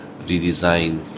redesign